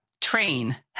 train